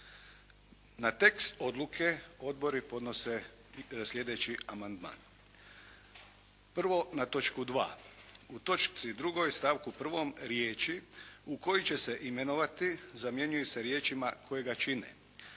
Na tekst odluke odbori podnose sljedeći amandman. Prvo na točku 2. U točci 2. stavku 1. riječi: "u koji će se imenovati" zamjenjuju se riječima: "kojega čine",